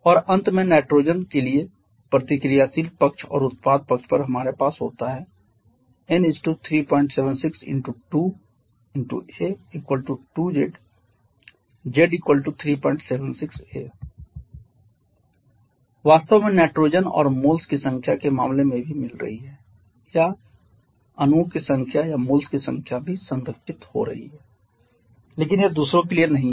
और अंत में नाइट्रोजन के लिए प्रतिक्रियाशील पक्ष और उत्पाद पक्ष पर हमारे पास होता है N 376 ×2 a 2 z 🡺 z 376 a वास्तव में नाइट्रोजन और मोल्स की संख्या के मामले में भी मिल रही है या अणुओं की संख्या या मोल्स की संख्या भी संरक्षित हो रही है लेकिन यह दूसरों के लिए नहीं है